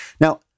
Now